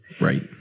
Right